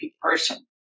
person